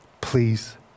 Please